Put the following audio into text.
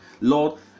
Lord